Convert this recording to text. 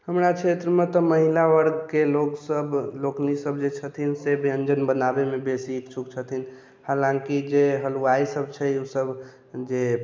हमरा क्षेत्रमे तऽ महिला वर्गके लोकसब लोकनि सब जे छथिन से व्यञ्जन बनाबेमे बेसी ईच्छुक छथिन हालाँकि जे हलवाइ सब छै ओ सब जे